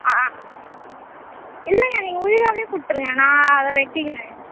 ஆ ஆ இல்லைங்க நீங்கள் உயிராகவே கொடுத்துருங்க நான் அதை வெட்டிக்கிறேன்